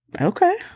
Okay